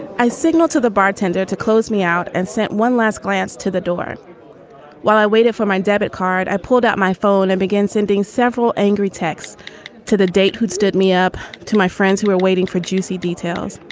i signal to the bartender to close me out and sent one last glance to the door while i waited for my debit card. i pulled out my phone and began sending several several angry texts to the date. who'd stood me up to my friends who are waiting for juicy details.